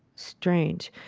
strange.